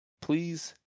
please